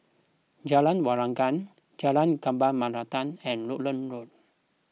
Jalan Waringin Jalan Kembang Melati and Rutland Road